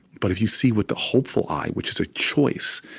but if you see with the hopeful eye, which is a choice,